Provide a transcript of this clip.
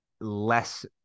less